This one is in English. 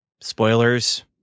spoilers